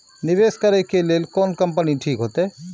निवेश करे के लेल कोन कंपनी ठीक होते?